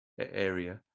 area